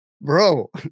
Bro